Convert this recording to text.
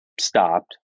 stopped